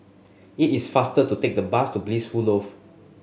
it is faster to take the bus to Blissful Loft